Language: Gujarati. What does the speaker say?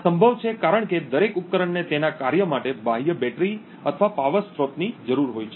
આ સંભવ છે કારણ કે દરેક ઉપકરણને તેના કાર્ય માટે બાહ્ય બેટરી અથવા પાવર સ્રોતની જરૂર હોય છે